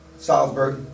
Salzburg